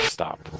stop